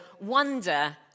wonder